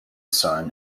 son